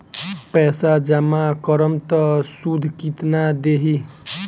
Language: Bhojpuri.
पैसा जमा करम त शुध कितना देही?